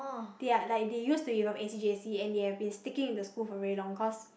ya like they used to be from A_C_J_C and they have been sticking with the school because